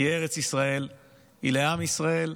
כי ארץ ישראל היא לעם ישראל.